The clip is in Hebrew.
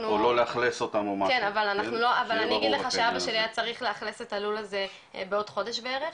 אבל אני אגיד לך שאבא שלי היה צריך לאכלס את הלול הזה בעוד חודש בערך,